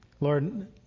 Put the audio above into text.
Lord